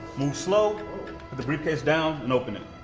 move slow, put the briefcase down and open it.